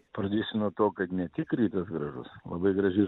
pradėsiu nuo to kad ne tik rytas gražus labai graži